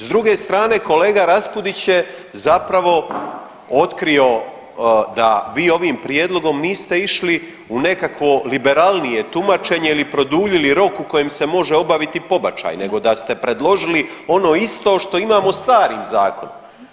S druge strane kolega Raspudić je zapravo otkrio da vi ovim prijedlogom niste išli u nekakvo liberalnije tumačenje ili produljili rok u kojem se može obaviti pobačaj, nego da ste predložili ono isto što imamo u starom zakonu.